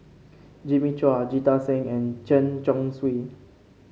Jimmy Chua Jita Singh and Chen Chong Swee